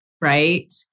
right